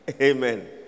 Amen